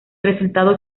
resultado